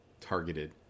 targeted